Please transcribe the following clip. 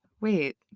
Wait